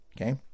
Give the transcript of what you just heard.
Okay